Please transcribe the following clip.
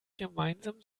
gemeinsam